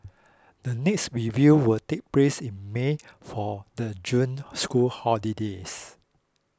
the next review will take place in May for the June school holidays